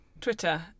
Twitter